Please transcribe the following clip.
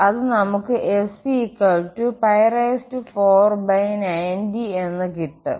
അത് നമുക്ക് S 490 എന്ന് കിട്ടും